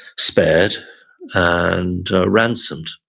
spared and ransomed.